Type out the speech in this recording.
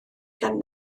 gan